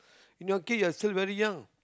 you know kid you're still very young